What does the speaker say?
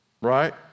Right